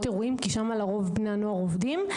אירועים כי לרוב שם בני הנוער עובדים.